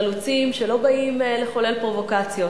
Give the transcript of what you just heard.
חלוצים שלא באים לחולל פרובוקציות,